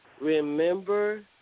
remember